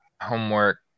homework